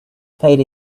paid